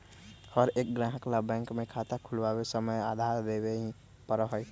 हर एक ग्राहक ला बैंक में खाता खुलवावे समय आधार देवे ही पड़ा हई